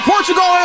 Portugal